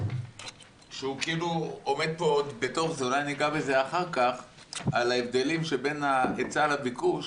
אולי ניגע בזה אחר כך, ההבדלים בין ההיצע לביקוש